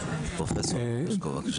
בבקשה.